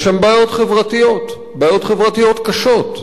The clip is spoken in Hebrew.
יש שם בעיות חברתיות, בעיות חברתיות קשות,